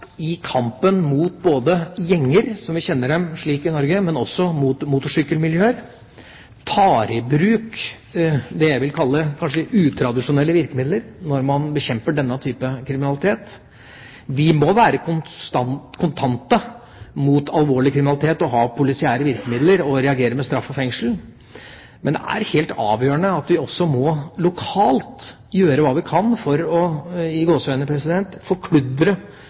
i kampen mot gjenger, slik vi kjenner dem i Norge, og også mot motorsykkelmiljøer, tar i bruk det jeg kanskje vil kalle utradisjonelle virkemidler når man bekjemper denne type kriminalitet. Vi må være kontante mot alvorlig kriminalitet og ha politiære virkemidler og reagere med straff og fengsel. Men det er helt avgjørende at vi også lokalt må gjøre hva vi kan for å